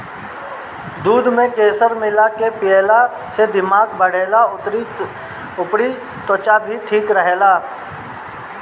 दूध में केसर मिला के पियला से दिमाग बढ़ेला अउरी त्वचा भी ठीक रहेला